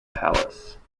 palace